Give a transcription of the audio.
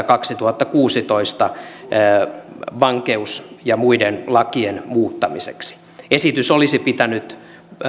kaksituhattakuusitoista valtiopäiviltä vankeus ja muiden lakien muuttamiseksi esitys olisi pitänyt